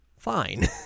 fine